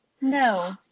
No